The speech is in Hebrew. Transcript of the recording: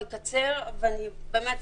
אבל,